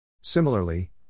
Similarly